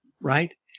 right